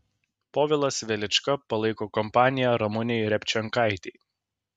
povilas velička palaiko kompaniją ramunei repčenkaitei